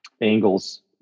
angles